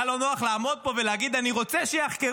היה לו נוח לעמוד פה ולהגיד אני רוצה שיחקרו,